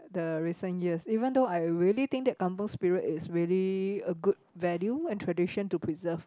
the recent years even though I really think that kampung spirit is really a good value and tradition to preserve